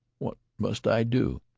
what must i do?